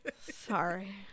Sorry